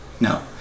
No